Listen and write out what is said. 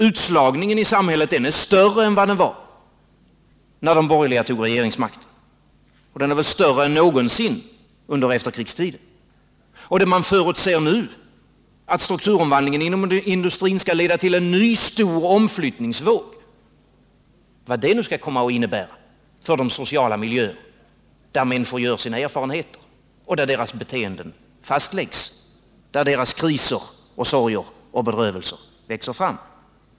Utslagningen i samhället är större än den var när de borgerliga tog regeringsmakten och den är större än någonsin under efterkrigstiden. Det förutses nu att strukturomvandlingen inom industrin skall leda till en ny stor omflyttningsvåg, vad det nu skall komma att innebära för de sociala miljöer där människor gör sina erfarenheter och där deras beteenden fastläggs, där deras kriser och sorger och bedrövelser växer fram.